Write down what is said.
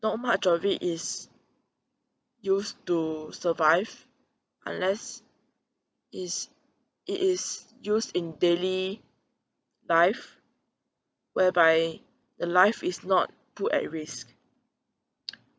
not much of it is used to survive unless it's it is used in daily life whereby the life is not put at risk